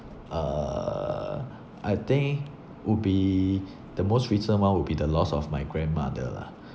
uh I think would be the most recent one will be the loss of my grandmother lah